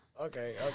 okay